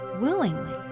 willingly